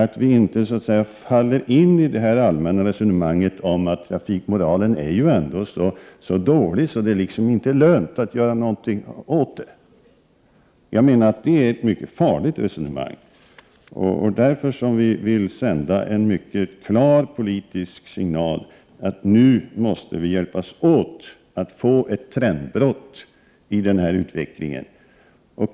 Vi får inte falla in i det allmänna resonemanget om att trafikmoralen ändå är så dålig att det inte är lönt att göra något åt den. Jag anser att detta är ett mycket farligt resonemang. Därför vill vi sända en mycket klar politisk signal att alla nu måste hjälpas åt att få ett trendbrott i denna utveckling.